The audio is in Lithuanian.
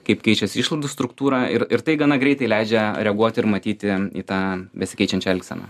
kaip keičiasi išlaidų struktūra ir ir tai gana greitai leidžia reaguoti ir matyti į tą besikeičiančią elgseną